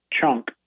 chunk